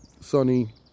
sunny